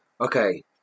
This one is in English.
okay